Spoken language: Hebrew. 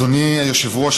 אדוני היושב-ראש,